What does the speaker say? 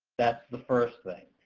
that's the first thing.